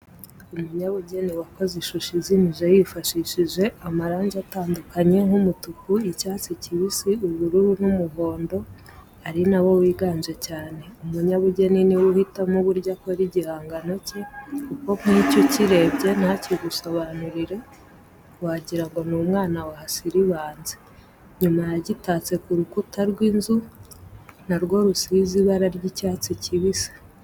Umunyabugeni wakoze ishusho izimije yifashishije amarangi atandukanye nk’umutuku, icyatsi kibisi, ubururu n’umuhondo ari na wo wiganje cyane. Umunyabugeni ni we uhitamo uburyo akora igihangano cye, kuko nk’iki ukirebye ntakigusobanurire wagira ngo ni umwana wahasiribanze. Nyuma yagitatse ku rukuta rw’inzu na rwo rusize ibara ry’icyatsi kibisi.